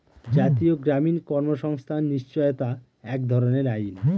জাতীয় গ্রামীণ কর্মসংস্থান নিশ্চয়তা এক ধরনের আইন